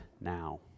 now